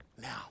now